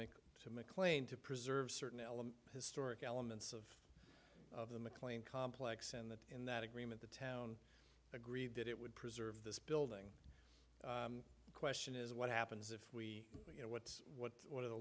make to mclean to preserve certain element historic elements of the mclean complex and that in that agreement the town agreed that it would preserve this building the question is what happens if we you know what's what are the